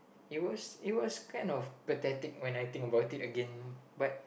it was it was kind of pathetic when I think about it again but